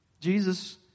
Jesus